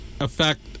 affect